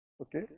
Okay